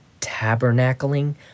tabernacling